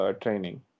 training